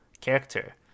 character